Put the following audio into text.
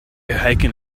hiking